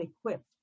equipped